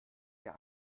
mir